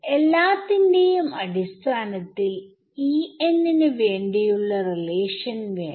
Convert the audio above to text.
എല്ലാത്തിന്റെയും അടിസ്ഥാനത്തിൽ ന് വേണ്ടിയുള്ള റിലേഷൻ വേണം